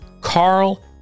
Carl